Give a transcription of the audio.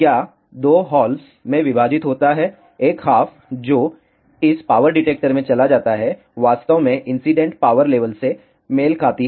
क्या 2 हल्वस में विभाजित होता है 1 हाफ जो इस पावर डिटेक्टर में चला जाता है वास्तव में इंसीडेंट पावर लेवल से मेल खाती है